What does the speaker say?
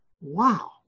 Wow